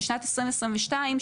בשנת 2022,